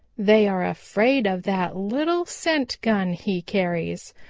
they are afraid of that little scent gun he carries,